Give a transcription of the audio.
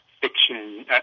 fiction